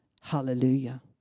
Hallelujah